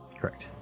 Correct